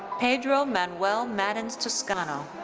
pedro manuel maddens toscano.